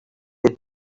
they